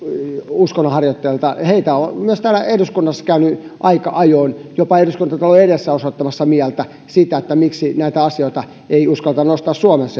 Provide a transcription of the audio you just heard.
uskonnon harjoittajilta heitä on myös täällä eduskunnassa käynyt aika ajoin jopa eduskuntatalon edessä osoittamassa mieltä siitä miksi näitä asioita ei uskalleta nostaa suomessa